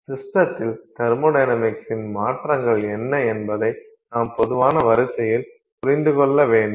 சிஸ்டத்தில் தெர்மொடைனமிக்ஸின் மாற்றங்கள் என்ன என்பதை நாம் பொதுவான வரிசையில் புரிந்துகொள்ள வேண்டும்